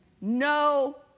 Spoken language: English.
No